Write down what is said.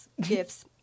Gifts